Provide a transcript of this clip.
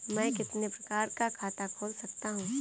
मैं कितने प्रकार का खाता खोल सकता हूँ?